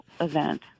event